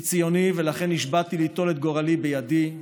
אני ציוני, ולכן נשבעתי ליטול את גורלי בידי,